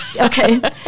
Okay